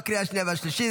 בקריאה השנייה והשלישית.